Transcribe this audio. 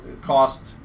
cost